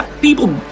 people